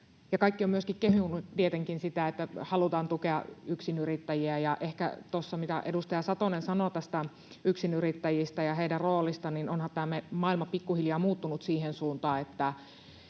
tietenkin myöskin kehuneet sitä, että halutaan tukea yksinyrittäjiä. Ehkä tuosta, mitä edustaja Satonen sanoi yksinyrittäjistä ja heidän roolistaan, sanoisin, että onhan tämä maailma pikkuhiljaa muuttunut siihen suuntaan, että